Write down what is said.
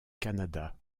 canada